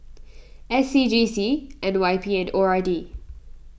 S C G C N Y P and O R D